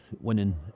winning